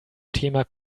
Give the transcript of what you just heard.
thema